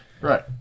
Right